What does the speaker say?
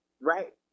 Right